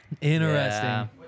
Interesting